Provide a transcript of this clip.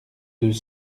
deux